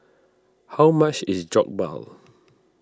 how much is Jokbal